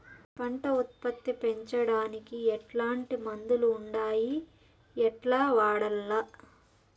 పంట ఉత్పత్తి పెంచడానికి ఎట్లాంటి మందులు ఉండాయి ఎట్లా వాడల్ల?